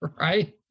right